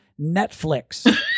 Netflix